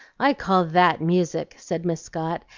i call that music, said miss scott,